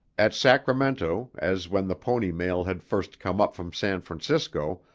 at sacramento, as when the pony mail had first come up from san francisco,